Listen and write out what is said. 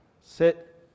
Sit